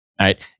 right